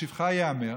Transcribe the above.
לשבחה ייאמר,